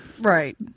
Right